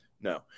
no